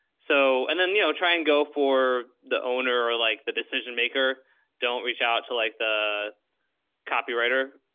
so, and then, you know, try and go for the owner or like the decision maker don't reach out to like the copywriter,